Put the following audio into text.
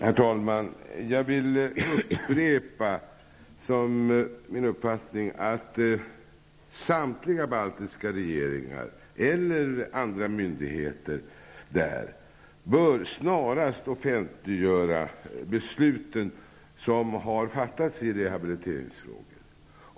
Herr talman! Jag vill upprepa som min uppfattning att samtliga baltiska regeringar och myndigheterna i Baltikum snarast bör offentliggöra de beslut som har fattats i rehabiliteringsfrågan.